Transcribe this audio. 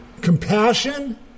compassion